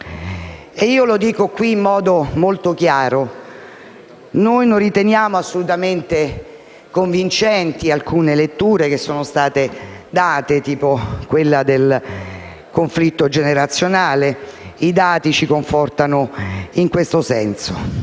Lo dico qui in modo molto chiaro: noi non riteniamo assolutamente convincenti alcune letture che sono state date, tipo quella del conflitto generazionale, e i dati ci confortano in questo senso.